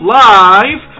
live